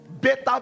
Better